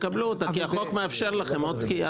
תקבלו אותה כי החוק מאפשר לכם עוד דחייה